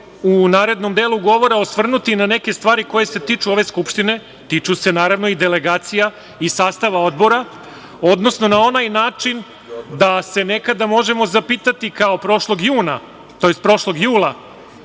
u narednom delu govora osvrnuti na neke stvari koje se tiču ove Skupštine, tiču se naravno i delegacija i sastava Odbora, odnosno na onaj način da se nekada možemo zapitati, kao prošlog juna,